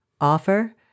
offer